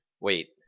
wait